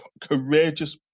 courageous